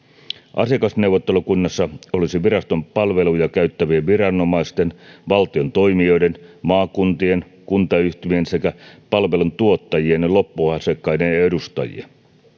asiakasneuvottelukunnassa olisi viraston palveluja käyttävien viranomaisten valtion toimijoiden maakuntien kuntayhtymien sekä palveluntuottajien ja loppuasiakkaiden edustajia